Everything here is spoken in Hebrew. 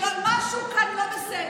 משהו כאן לא בסדר,